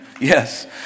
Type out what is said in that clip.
yes